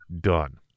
done